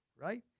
right